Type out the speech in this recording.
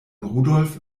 rudolf